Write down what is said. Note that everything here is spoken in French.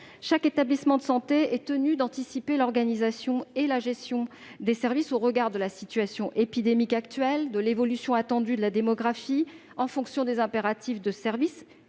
Chaque établissement de santé est tenu d'anticiper l'organisation et la gestion des services au regard de la situation épidémique actuelle, de l'évolution attendue de la démographie et en fonction des impératifs de service